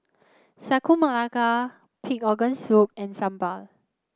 Sagu Melaka Pig Organ Soup and Sambal